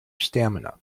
stamina